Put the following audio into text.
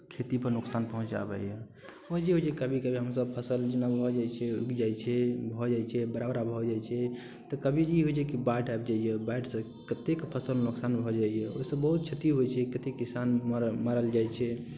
खेतीपर नोकसान पहुँचाबैए आओर जे होइ छै कभी कदाल हमसभ फसल जेना लऽ जाइ छियै उगि जाइ छै भऽ जाइ छै बड़ा बड़ा भऽ जाइ छै तऽ कभी ई होइ छै जे बाढ़ आबि जाइए बाढ़िसँ कतेक फसल नुकसान भऽ जाइए ओहिसँ बहुत क्षति होइ छै कतेक किसान मारल मारल जाइ छै